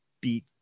beat